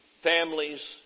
families